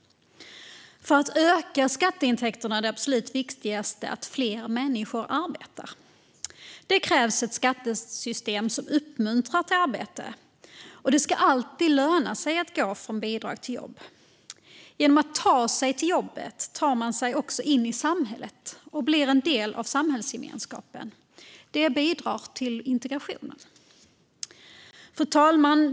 För att öka skatteintäkterna är det absolut viktigaste att fler människor arbetar. Det krävs ett skattesystem som uppmuntrar till arbete, och det ska alltid löna sig att gå från bidrag till jobb. Genom att ta sig till jobbet tar man sig också in i samhället och blir en del av samhällsgemenskapen. Det bidrar till integrationen. Fru talman!